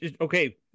Okay